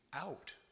out